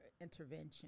intervention